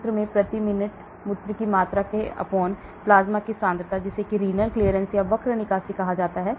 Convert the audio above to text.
मूत्र में प्रति मिनट मूत्र की मात्रा प्लाज्मा सांद्रता जिसे वृक्क निकासी कहा जाता है